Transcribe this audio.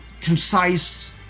concise